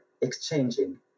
exchanging